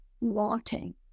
wanting